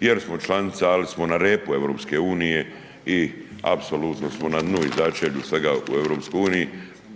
jer smo članica, ali smo na repu EU i apsolutno smo na .../Govornik se ne razumije./...